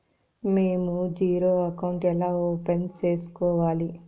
మేము zero account ఎలా open సేసుకోవాలి